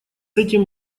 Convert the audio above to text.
этим